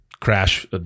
crash